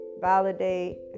validate